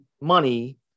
money